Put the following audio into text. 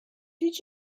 did